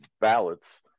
ballots